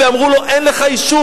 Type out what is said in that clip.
ואמרו לו: אין לך אישום,